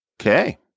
Okay